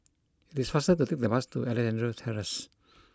it is faster to take the bus to Alexandra Terrace